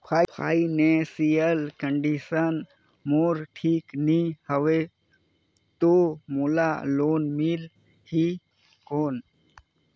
Financial condition मोर ठीक नी हवे तो मोला लोन मिल ही कौन??